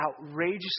outrageously